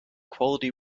quality